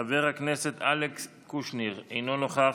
חבר הכנסת אלכס קושניר, אינו נוכח,